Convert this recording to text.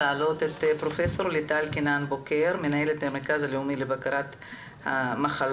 פרופ' ליטל קינן בוקר מנהלת המרכז הלאומי לבקרת מחלות,